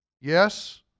Yes